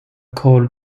called